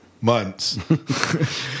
months